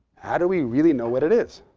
how do we really know what it is?